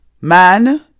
Man